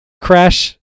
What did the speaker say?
crash